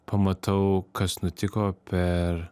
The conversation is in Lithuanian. pamatau kas nutiko per